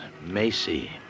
Macy